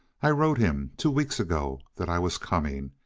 i wrote him, two weeks ago, that i was coming,